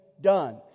done